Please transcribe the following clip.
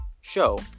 show